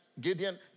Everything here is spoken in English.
Gideon